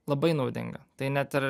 labai naudinga tai net ir